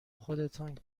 خودتان